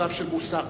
של מוסר.